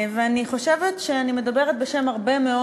אני חושבת שאני מדברת בשם הרבה מאוד